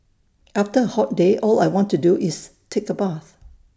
after A hot day all I want to do is take A bath